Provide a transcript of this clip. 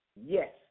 Yes